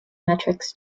metrics